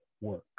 work